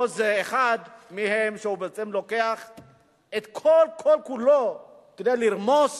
לא אחד מהם, שבעצם לוקח את כל-כולו כדי לרמוס